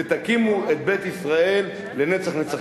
ותקימו את בית ישראל לנצח נצחים.